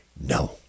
No